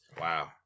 Wow